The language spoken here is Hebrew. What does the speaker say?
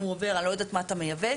אני לא יודעת מה אתה מייבא,